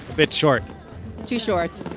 bit short too short